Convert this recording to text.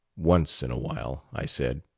once in a while, i said.